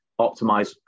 optimize